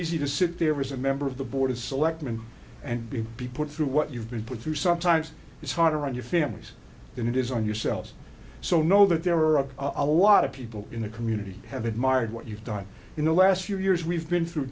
easy to sit there is a member of the board of selectmen and be be put through what you've been put through sometimes it's harder on your families than it is on yourselves so know that there are a lot of people in the community have admired what you've done in the last few years we've been through